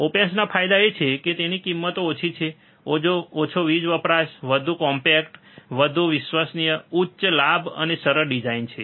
ઓપેમ્સના ફાયદા એ છે કે તેની કિંમત ઓછી છે ઓછો વીજ વપરાશ વધુ કોમ્પેક્ટ વધુ વિશ્વસનીય ઉચ્ચ લાભ અને સરળ ડિઝાઇન છે